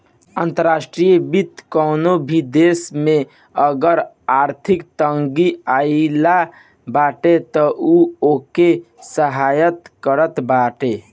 अंतर्राष्ट्रीय वित्त कवनो भी देस में अगर आर्थिक तंगी आगईल बाटे तअ उ ओके सहायता करत बाटे